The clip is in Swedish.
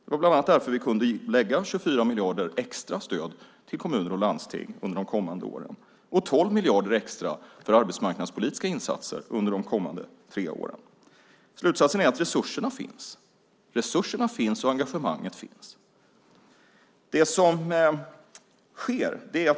Det var bland annat därför som vi kunde avsätta 24 miljarder extra i stöd till kommuner och landsting under de kommande åren och 12 miljarder extra för arbetsmarknadspolitiska insatser under de kommande tre åren. Slutsatsen är att resurserna finns och att engagemanget finns.